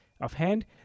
offhand